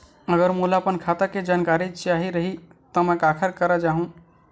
अगर मोला अपन खाता के जानकारी चाही रहि त मैं काखर करा जाहु?